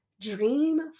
Dream